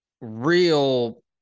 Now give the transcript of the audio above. real